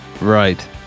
Right